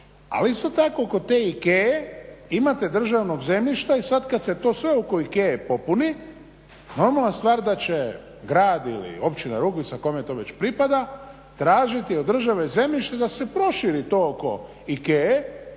ali isto tako kod te IKEA-e imate državnog zemljišta i sad kad se to sve oko IKEA-e popuni normalna stvar da će grad ili općina Rugvica kome to već pripada tražiti od države zemljište da se proširi to oko IKEA-e